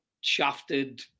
shafted